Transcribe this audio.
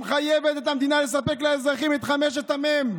המחייבת את המדינה לספק לאזרחים את חמשת המ"מים: